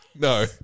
No